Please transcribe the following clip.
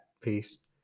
Peace